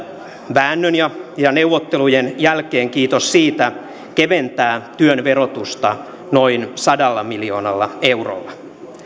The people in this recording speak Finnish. väännön ja ja neuvottelujen jälkeen kiitos siitä keventää työn verotusta noin sadalla miljoonalla eurolla